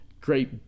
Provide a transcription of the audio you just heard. great